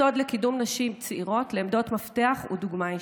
הסוד לקידום נשים צעירות לעמדות מפתח הוא דוגמה אישית.